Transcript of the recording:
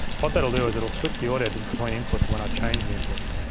what that'll do is it'll switch the audio between inputs when i change the inputs.